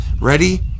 Ready